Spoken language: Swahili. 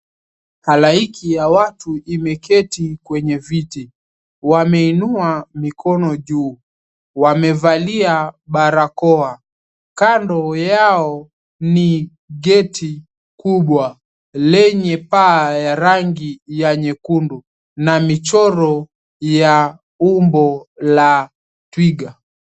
Halaiki ya watu imeketi kwenye viti wameinua mikono juu, wamevalia barakoa, kando yao ni geti kubwa lenye paa ya rangi ya nyekundu na michoro ya umbo la twiga.